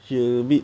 she a bit